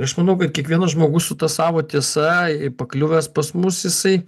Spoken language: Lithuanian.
aš manau kad kiekvienas žmogus su ta savo tiesa pakliuvęs pas mus jisai